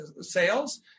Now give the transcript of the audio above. sales